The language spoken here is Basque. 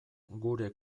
gure